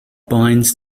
binds